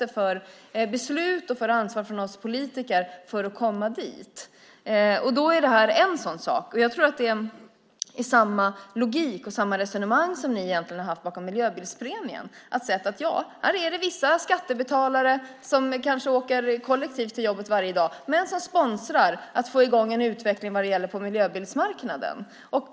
Vilka beslut och vilket ansvar krävs från oss politiker för att komma dit? Då är detta en sådan sak. Det är samma logik och resonemang som ni har haft bakom miljöbilspremien. Här är det vissa skattebetalare som kanske åker kollektivt till jobbet varje dag, men de sponsrar att få i gång en utveckling på miljöbilsmarknaden.